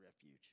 refuge